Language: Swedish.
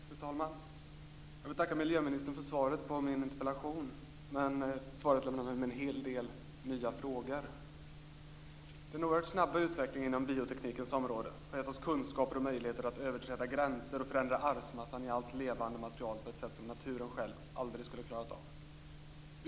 Fru talman! Jag vill tacka miljöministern för svaret på min interpellation, men svaret lämnar mig med en hel del nya frågor. Den oerhört snabba utvecklingen på bioteknikens område har gett oss kunskap och möjligheter att överträda gränser och förändra arvsmassan i allt levande material på ett sätt som naturen själv aldrig skulle ha klarat av.